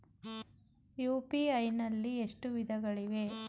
UPI ನಲ್ಲಿ ಎಷ್ಟು ವಿಧಗಳಿವೆ?